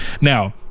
Now